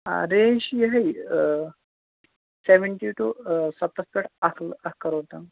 آ رینج چھِ یِہےَ آ سیٚوَنٹی ٹُو سَتَتھ پیٚٹھ اَکھ اَکھ کَرور تام